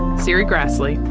serri graslie,